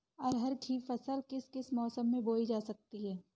अरहर की फसल किस किस मौसम में बोई जा सकती है?